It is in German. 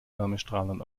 wärmestrahlern